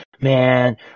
man